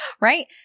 Right